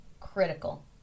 critical